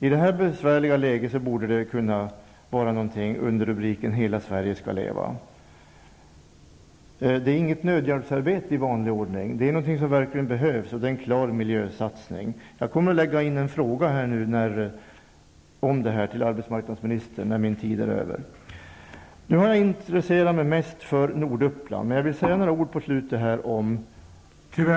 I det här besvärliga läget borde detta förslag passa in under rubriken Hela Sverige skall leva. Detta är inte något nödhjälpsarbete i vanlig ordning, utan det är något som verkligen behövs, och det är en klar miljösatsning. Jag kommer efter detta att lämna in en fråga om denna satsning till arbetsmarknadsministern. Hittills har jag mest intresserat mig för Norduppland, men jag vill avsluta med att säga några ord om ....